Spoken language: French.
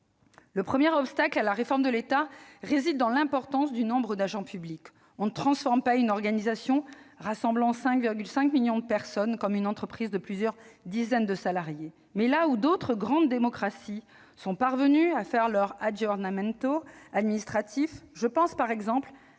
Le premier obstacle à la réforme de l'État réside dans l'importance du nombre d'agents publics. On ne transforme pas une organisation rassemblant 5,5 millions de personnes comme une entreprise de plusieurs dizaines de salariés. Mais là où d'autres grandes démocraties sont parvenues à faire leur administratif- je pense par exemple